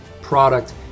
product